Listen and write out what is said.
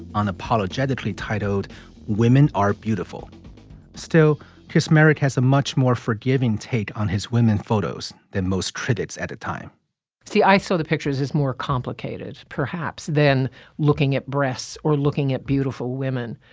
unapologetically titled women are beautiful still chris merrick has a much more forgiving take on his women photos than most critics at a time see, i saw the pictures. is more complicated, perhaps, than looking at breasts or looking at beautiful women.